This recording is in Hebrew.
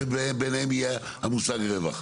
שביניהם יהיה המושג רווח.